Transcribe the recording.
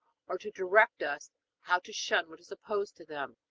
or to direct us how to shun what is opposed to them.